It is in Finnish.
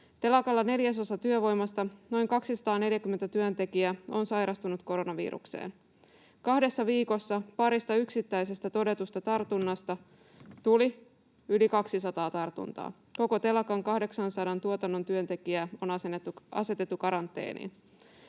Telakalla neljäsosa työvoimasta, noin 240 työntekijää, on sairastunut koronavirukseen. Kahdessa viikossa parista yksittäisestä todetusta tartunnasta tuli yli 200 tartuntaa. Koko telakan 800 tuotannon työntekijää on asetettu karanteeniin.